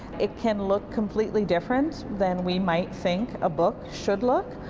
it can look completely different than we might think a book should look.